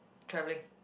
travelling